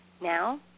Now